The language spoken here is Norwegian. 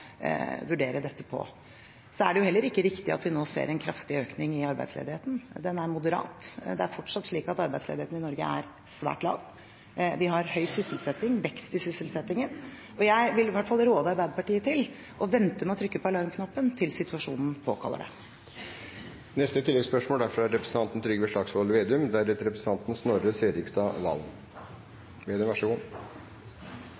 vurdere på bakgrunn av dette. Så er det heller ikke riktig at vi nå ser en kraftig økning i arbeidsledigheten; den er moderat. Det er fortsatt slik at arbeidsledigheten i Norge er svært lav. Vi har høy sysselsetting, vekst i sysselsettingen, og jeg vil i hvert fall råde Arbeiderpartiet til å vente med å trykke på alarmknappen til situasjonen påkaller det. Trygve Slagsvold Vedum – til oppfølgingsspørsmål. Det er